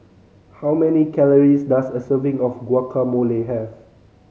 how many calories does a serving of Guacamole have